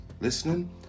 listening